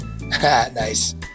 Nice